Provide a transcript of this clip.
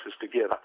together